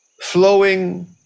flowing